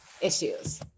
issues